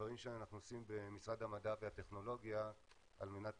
מהדברים שאנחנו עושים במשרד המדע והטכנולוגיה על מנת